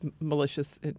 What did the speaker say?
malicious